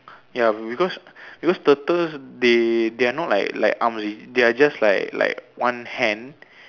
ya because because turtles they they're not like like arms they're just like like one hand